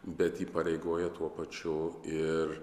bet įpareigoja tuo pačiu ir